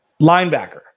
Linebacker